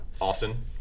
Austin